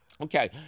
Okay